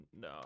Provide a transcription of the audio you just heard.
no